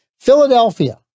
Philadelphia